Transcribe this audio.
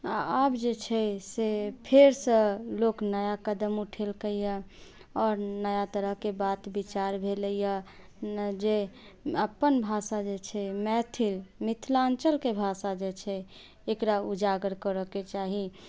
आब जे छै से फेरसँ लोक नया कदम उठेलकैए आओर नया तरहके बात विचार भेलैए जे अपन भाषा जे छै मैथिल मिथिलाञ्चलके भाषा जे छै एकरा उजागर करैके चाही